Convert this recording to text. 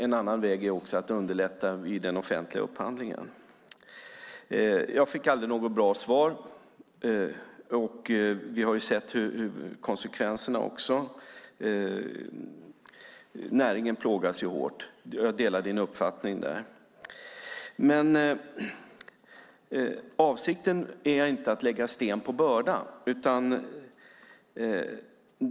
En annan väg är också att underlätta vid den offentliga upphandlingen. Jag fick aldrig något bra svar. Vi har sedan sett konsekvenserna. Näringen plågas hårt. Jag delar din uppfattning på den punkten. Men avsikten är inte att lägga sten på börda.